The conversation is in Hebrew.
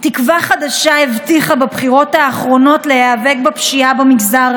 אזרח תמים שכל חטאו היה שעמד במרפסת ביתו,